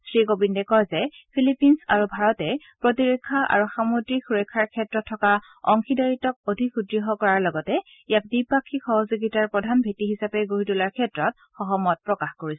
শ্ৰীকোবিন্দে কয় যে ফিলিপিনছ আৰু ভাৰতে প্ৰতিৰক্ষা আৰু সামুদ্ৰিক সুৰক্ষাৰ ক্ষেত্ৰত থকা অংশীদাৰিত্বক অধিক সুদ্ঢ় কৰাৰ লগতে ইয়াক দ্বিপাক্ষিক সহযোগিতাৰ প্ৰধান ভেটি হিচাপে গঢ়ি তোলাৰ ক্ষেত্ৰত সহমত প্ৰকাশ কৰিছে